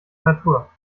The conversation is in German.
natur